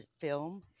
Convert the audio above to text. film